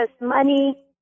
money